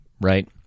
right